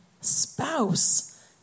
spouse